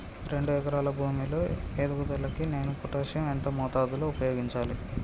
రెండు ఎకరాల భూమి లో ఎదుగుదలకి నేను పొటాషియం ఎంత మోతాదు లో ఉపయోగించాలి?